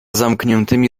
zamkniętymi